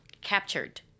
captured